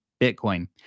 Bitcoin